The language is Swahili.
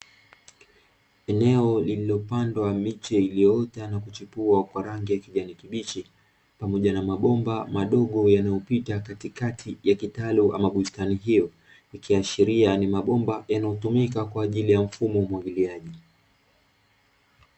Eneo lililopandwa miche iliyoota na kuchipua kwa rangi ya kijani kibichi, pamoja na mabomba madogo yanayopita katikati ya kitalu ama bustani hiyo. Ikiashiria ni mabomba yanayotumika kwa ajili ya mfumo wa umwagiliaji.